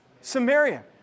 Samaria